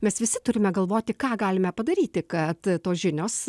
mes visi turime galvoti ką galime padaryti kad tos žinios